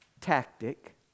tactic